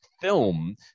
film